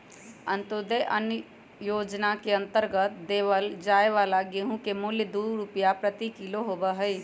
अंत्योदय अन्न योजना के अंतर्गत देवल जाये वाला गेहूं के मूल्य दु रुपीया प्रति किलो होबा हई